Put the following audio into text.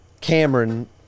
Cameron